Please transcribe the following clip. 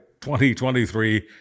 2023